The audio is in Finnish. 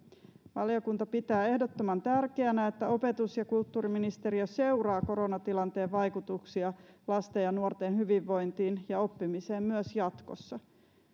valiokunta pitää ehdottoman tärkeänä että opetus ja kulttuuriministeriö seuraa koronatilanteen vaikutuksia lasten ja nuorten hyvinvointiin ja oppimiseen myös jatkossa